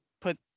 put